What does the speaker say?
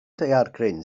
daeargryn